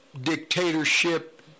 dictatorship